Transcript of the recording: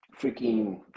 freaking